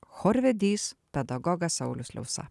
chorvedys pedagogas saulius liausa